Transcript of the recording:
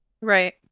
Right